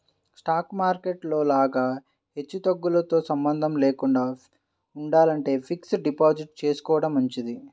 stock market లో లాగా హెచ్చుతగ్గులతో సంబంధం లేకుండా ఉండాలంటే ఫిక్స్డ్ డిపాజిట్ చేసుకోడం మంచిది